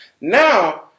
Now